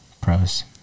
pros